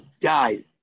die